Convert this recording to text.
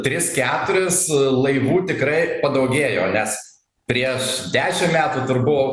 tris keturis laivų tikrai padaugėjo nes prieš dešimt metų dar buvo